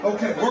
Okay